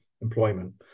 employment